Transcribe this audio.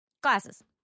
Glasses